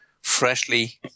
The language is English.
freshly